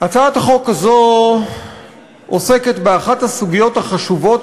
הצעת החוק הזו עוסקת באחת הסוגיות החשובות,